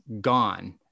gone